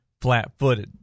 flat-footed